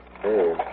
hey